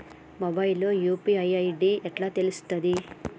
Mobile లో UPI ID ఎట్లా తెలుస్తది?